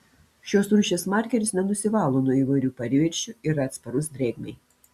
šios rūšies markeris nenusivalo nuo įvairių paviršių ir yra atsparus drėgmei